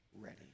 ready